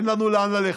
אין לנו לאן ללכת.